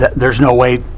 there's no way,